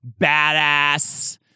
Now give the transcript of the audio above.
badass